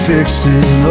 fixing